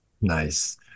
Nice